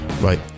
Right